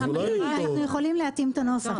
אז אולי נכתוב --- אנחנו יכולים להתאים את הנוסח,